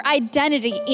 identity